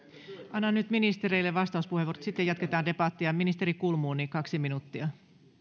annan nyt ministereille vastauspuheenvuorot sitten jatketaan debattia ministeri kulmuni kaksi minuuttia